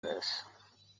this